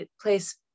place